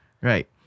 Right